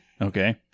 Okay